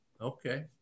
Okay